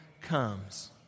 comes